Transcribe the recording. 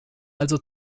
also